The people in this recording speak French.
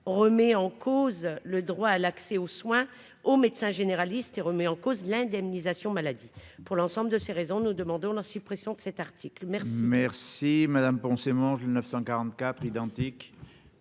remet en cause le droit à l'accès aux soins au médecin généraliste et remet en cause l'indemnisation maladie pour l'ensemble de ces raisons, nous demandons la suppression de cet article, merci.